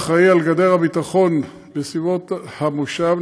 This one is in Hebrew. האחראי לגדר הביטחון בסביבות המושב,